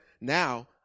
now